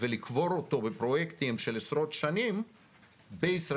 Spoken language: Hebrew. ולקבור אותו בפרויקטים של עשרות שנים בישראל.